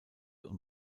und